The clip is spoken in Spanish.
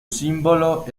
símbolo